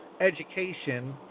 education